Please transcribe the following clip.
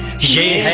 shade